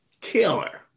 killer